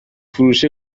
فروشی